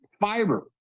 fiber